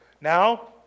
Now